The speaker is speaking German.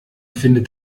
findet